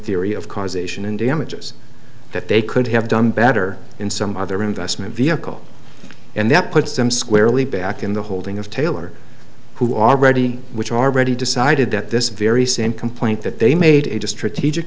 theory of causation and damages that they could have done better in some other investment vehicle and that puts them squarely back in the holding of taylor who already which already decided that this very same complaint that they made it a strategic